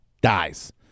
dies